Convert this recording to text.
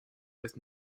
with